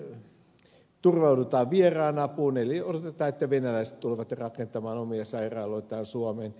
usein turvaudutaan vieraan apuun eli odotetaan että venäläiset tulevat rakentamaan omia sairaaloitaan suomeen